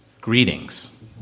Greetings